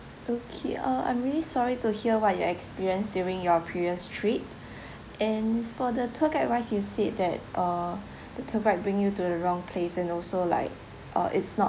okay uh I'm really sorry to hear what you experienced during your previous trip and for the tour guide wise you said that uh the tour guide bring you to the wrong place and also like uh it's not